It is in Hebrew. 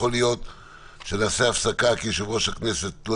יכול להיות שנעשה הפסקה כי יושב-ראש הכנסת לא